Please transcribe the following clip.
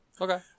Okay